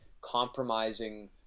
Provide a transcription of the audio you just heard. compromising